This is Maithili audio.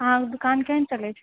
अहाँके दुकान केहन चलै छै